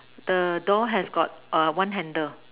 the door has got err one handle